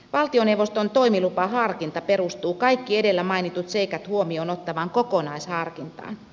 valtioneuvoston toimilupaharkinta perustuu kaikki edellä mainitut seikat huomioon ottavaan kokonaisharkintaan